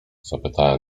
zapytałem